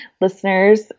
listeners